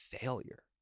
failure